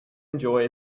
enjoy